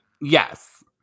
Yes